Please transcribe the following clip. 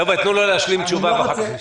חבר'ה, תנו לו להשלים תשובה ואחר כך נשאל.